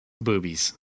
Boobies